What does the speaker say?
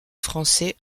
français